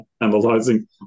analyzing